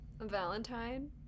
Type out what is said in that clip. Valentine